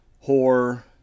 Horror